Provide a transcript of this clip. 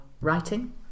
writing